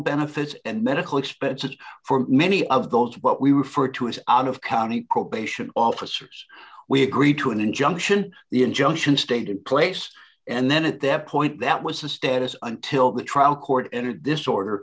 benefits and medical expenses for many of those what we refer to as out of county probation officers we agreed to an injunction the injunction stayed in place and then at that point that was the status until the trial court entered this order